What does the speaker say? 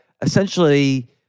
essentially